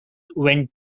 went